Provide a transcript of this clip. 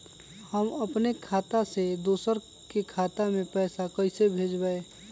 हम अपने खाता से दोसर के खाता में पैसा कइसे भेजबै?